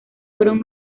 fueron